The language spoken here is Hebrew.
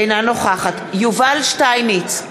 אינה נוכחת יובל שטייניץ,